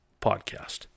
podcast